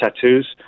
tattoos